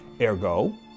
Ergo